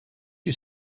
you